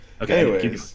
Okay